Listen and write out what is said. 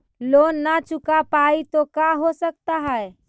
Loan न चुका पाई तो का हो सकता है?